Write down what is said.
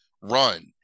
run